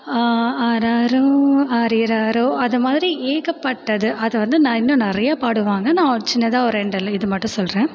ஆராரோ ஆரிராரோ அது மாதிரி ஏகப்பட்டது அதை வந்து ந இன்னும் நிறைய பாடுவாங்க நான் சின்னதாக ரெண்டு இது மட்டும் சொல்கிறேன்